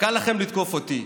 קל לכם לתקוף אותי.